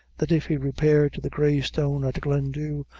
that if he repaired to the grey stone, at glendhu,